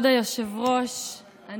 אני